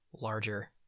larger